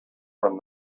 from